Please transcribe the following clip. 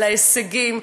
על ההישגים,